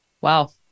Wow